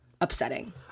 upsetting